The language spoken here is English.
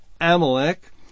Amalek